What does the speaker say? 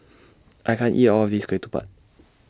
I can't eat All of This Ketupat